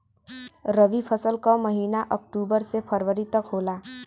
रवी फसल क महिना अक्टूबर से फरवरी तक होला